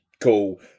cool